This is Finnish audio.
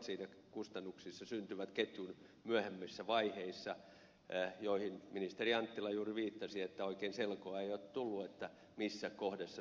erot kustannuksissa syntyvät ketjun myöhemmissä vaiheissa ja ministeri anttila viittasi juuri siihen että oikein selkoa ei ole tullut missä kohdassa ne syntyvät